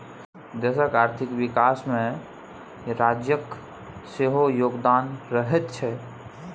देशक आर्थिक विकासमे राज्यक सेहो योगदान रहैत छै